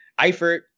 Eifert